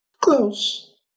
Close